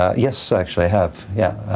ah yes actually have yeah.